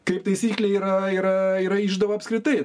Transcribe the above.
kaip taisyklė yra yra yra išdava apskritai